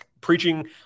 preaching